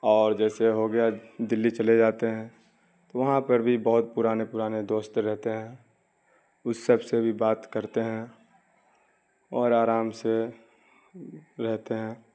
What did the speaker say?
اور جیسے ہو گیا دلی چلے جاتے ہیں تو وہاں پر بھی بہت پرانے پرانے دوست رہتے ہیں اس سب سے بھی بات کرتے ہیں اور آرام سے رہتے ہیں